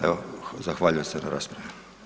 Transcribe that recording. Evo zahvaljujem se na raspravi.